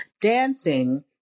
dancing